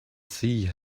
sea